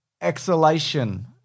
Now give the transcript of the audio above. Exhalation